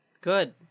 Good